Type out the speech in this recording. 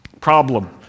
Problem